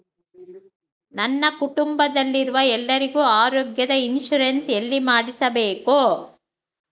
ನನ್ನ ಕುಟುಂಬದಲ್ಲಿರುವ ಎಲ್ಲರಿಗೂ ಆರೋಗ್ಯದ ಇನ್ಶೂರೆನ್ಸ್ ಎಲ್ಲಿ ಮಾಡಿಸಬೇಕು?